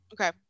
Okay